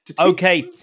Okay